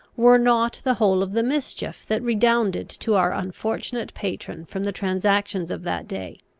were not the whole of the mischief that redounded to our unfortunate patron from the transactions of that day.